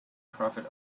profit